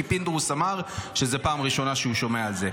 כי פינדרוס אמר שזו הפעם הראשונה שהוא שומע את זה.